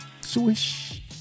Swish